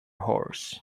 horse